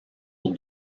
pour